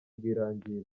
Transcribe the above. rwirangira